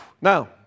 Now